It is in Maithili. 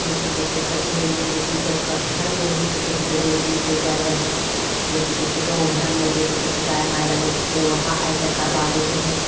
कि कि कहय छै पहिले यहाँ जेकि लोकके घरमे ही कि कहय छै डिलेवरी होइ जाइ रहय जे कि कहय छै गाँव घरमे जे कि कहय छै दाइ माइ रहय छल ओहाँ आइके करबाबय रहय